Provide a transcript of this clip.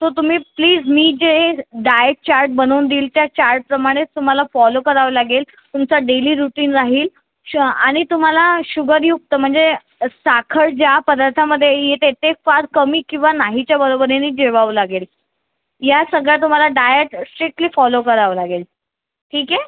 तो तुम्ही प्लीज मी जे डाएट चार्ट बनवून देईल त्या चार्टप्रमाणेच तुम्हाला फॉलो करावं लागेल तुमचा डेली रुटीन राहील श आणि तुम्हाला शुगरयुक्त म्हणजे साखर ज्या पदार्थामध्ये येते ते फार कमी किंवा नाहीच्या बरोबरीनी जेवावं लागेल या सगळ्या तुम्हाला डाएट स्ट्रिक्टली फॉलो करावं लागेल ठीक आहे